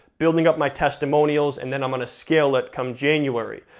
building up my testimonials, and then i'm gonna scale it come january.